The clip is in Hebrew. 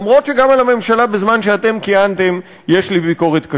למרות שגם על הממשלה שהייתה בזמן שאתם כיהנתם יש לי ביקורת קשה.